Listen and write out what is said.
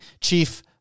Chief